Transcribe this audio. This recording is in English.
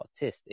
autistic